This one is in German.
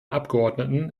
abgeordneten